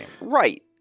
Right